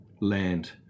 Land